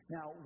Now